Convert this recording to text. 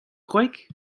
kwreg